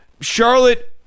Charlotte